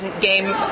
game